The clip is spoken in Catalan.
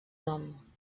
nom